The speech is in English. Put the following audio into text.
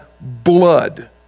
blood